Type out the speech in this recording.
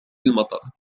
المطر